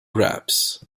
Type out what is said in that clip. wraps